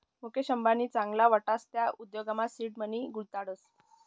मुकेश अंबानी चांगला वाटस त्या उद्योगमा सीड मनी गुताडतस